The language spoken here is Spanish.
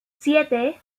siete